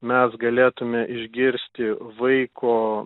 mes galėtume išgirsti vaiko